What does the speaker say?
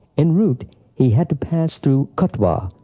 en route he had to pass through katwa,